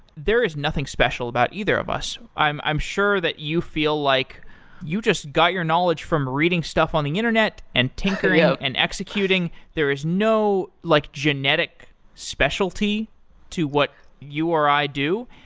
there is nothing special about either of us. i'm i'm sure that you feel like you just got your knowledge from reading stuff on the internet and tinkering and executing. there is no like genetic specialty to what you or i do.